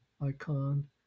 icon